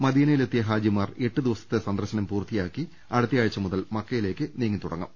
മദീനയിൽ എത്തിയ ഹാജിമാർ ്എട്ട് ദിവസത്തെ സന്ദർശനം പൂർത്തിയാക്കി അടുത്ത ആഴ്ച മുതൽ മക്കയിലേക്ക് നീങ്ങിത്തുടങ്ങും